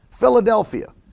Philadelphia